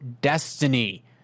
destiny